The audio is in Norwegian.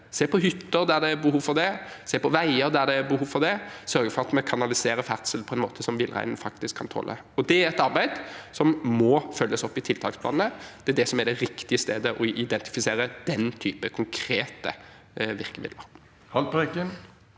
se på hytter der det er behov for det, se på veier der det er behov for det, og sørge for at vi kanaliserer ferdsel på en måte som villreinen faktisk kan tåle. Det er et arbeid som må følges opp i tiltaksplanene. Det er det som er det riktige stedet å identifisere den typen konkrete virkemidler.